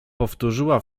powtórzyła